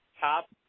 Top